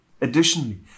Additionally